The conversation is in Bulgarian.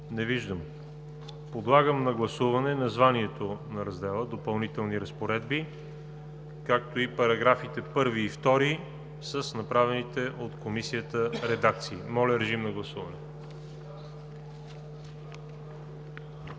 Не виждам. Подлагам на гласуване названието на Раздела „Допълнителни разпоредби“, както и параграфи 1 и 2 с направените от Комисията редакции. Гласували